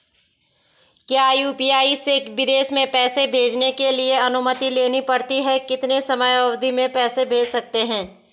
क्या यु.पी.आई से विदेश में पैसे भेजने के लिए अनुमति लेनी पड़ती है कितने समयावधि में पैसे भेज सकते हैं?